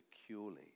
securely